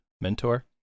mentor